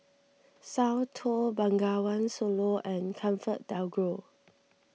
Soundteoh Bengawan Solo and ComfortDelGro